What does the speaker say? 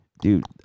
Dude